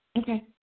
Okay